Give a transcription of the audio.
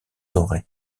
dorée